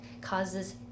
causes